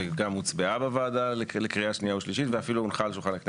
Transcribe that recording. וגם הוצבעה בוועדה לקריאה שנייה ושלישית,